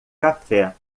café